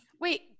Wait